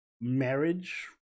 marriage